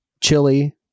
chili